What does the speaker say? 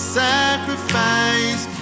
sacrifice